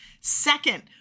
Second